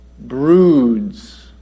broods